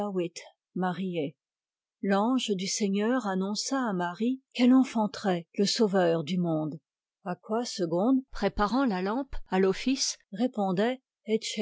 mariæ l'ange du seigneur annonça à marie qu'elle enfanterait le sauveur du monde a quoi segonde préparant la lampe à l'office répondait